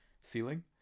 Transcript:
ceiling